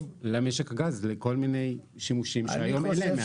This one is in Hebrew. למשק הגז לכל מיני שימושים שהיום אין להם מענה.